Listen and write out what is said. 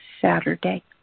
Saturday